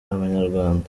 abanyarwanda